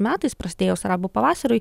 metais prasidėjus arabų pavasariui